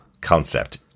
concept